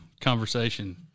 conversation